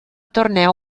torneo